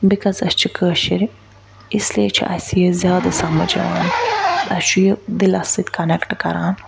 because أسۍ چھِ کٲشٕرۍ اِسلیے چھُ اَسہِ یہِ زیادٕ سمجھ یِوان اَسہِ چھُ یہِ دِلس سۭتۍ کنٮ۪کٹ کَران